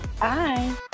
Bye